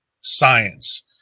science